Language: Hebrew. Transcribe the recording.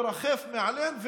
מרחף מעליהן,